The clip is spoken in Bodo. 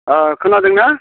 अ खोनादोंना